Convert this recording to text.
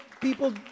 people